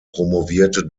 promovierte